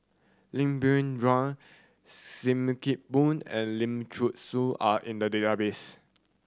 Lim Biow Chuan Sim Kee Boon and Lim Thean Soo are in the database